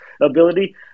ability